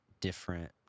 different